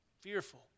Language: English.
fearful